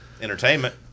Entertainment